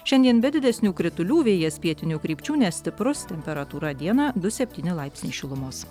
šiandien be didesnių kritulių vėjas pietinių krypčių nestiprus temperatūra dieną du septyni laipsniai šilumos